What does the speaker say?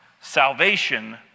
Salvation